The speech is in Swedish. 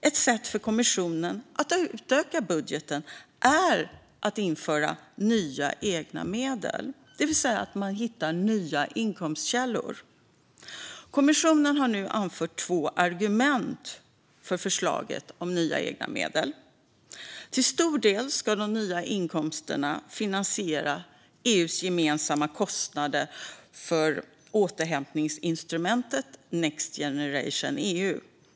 Ett sätt för kommissionen att utöka budgeten är att införa nya egna medel, det vill säga att man hittar nya inkomstkällor. Kommissionen har nu anfört två argument för förslaget om nya egna medel. Till stor del ska de nya inkomsterna finansiera EU:s gemensamma kostnader för återhämtningsinstrumentet Next Generation EU.